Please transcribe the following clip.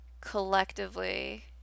collectively